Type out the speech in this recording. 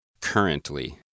Currently